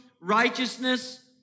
righteousness